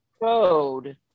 code